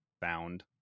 found